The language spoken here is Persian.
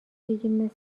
بگیر